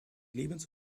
lebens